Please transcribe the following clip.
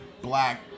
black